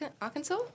Arkansas